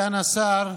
השר,